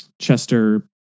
Chester